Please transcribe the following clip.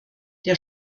der